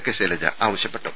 K Shailaja ആവശ്യപ്പെട്ടു